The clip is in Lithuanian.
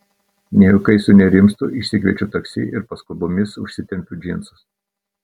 ne juokais sunerimstu išsikviečiu taksi ir paskubomis užsitempiu džinsus